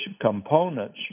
components